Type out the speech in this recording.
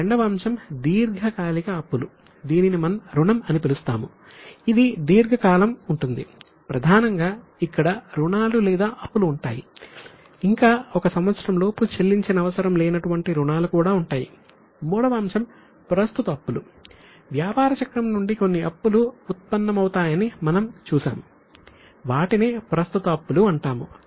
ఇక రెండవ అంశం దీర్ఘకాలిక అప్పులు నుండి కొన్ని అప్పులు ఉత్పన్నమవుతాయని మనము చూశాము వాటినే ప్రస్తుత అప్పులు అంటాము